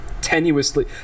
tenuously